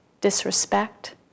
disrespect